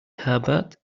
herbert